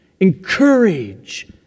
encourage